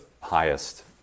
highest